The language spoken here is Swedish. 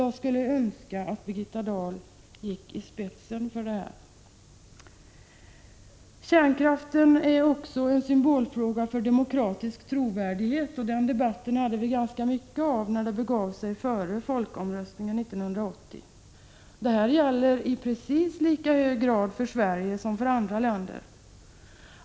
Jag skulle önska att Birgitta Dahl gick i spetsen för dessa idéer. Vidare är kärnkraften en symbolfråga för den demokratiska trovärdigheten. Den saken debatterades ganska mycket på den tiden då det begav sig — före 1980. I princip gäller det här i lika hög grad för Sverige som för andra länder.